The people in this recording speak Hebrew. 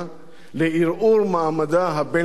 לערעור מעמדה הבין-לאומי,